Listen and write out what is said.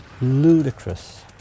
ludicrous